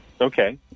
Okay